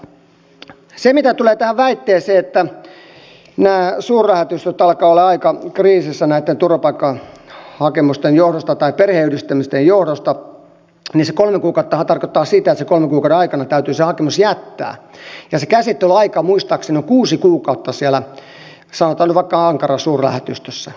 mitä tulee tähän väitteeseen että nämä suurlähetystöt alkavat olla aika kriisissä näitten turvapaikkahakemusten johdosta tai perheenyhdistämisten johdosta niin se kolme kuukauttahan tarkoittaa sitä että kolmen kuukauden aikana täytyy hakemus jättää ja se käsittelyaika muistaakseni on kuusi kuukautta sanotaan nyt vaikka ankaran suurlähetystössä